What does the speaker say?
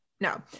no